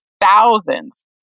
thousands